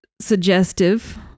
suggestive